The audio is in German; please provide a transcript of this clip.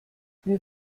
wir